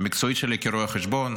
המקצועית שלי כרואה חשבון.